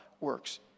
works